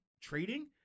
trading